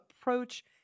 approach